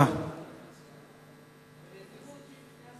בבקשה, אדוני.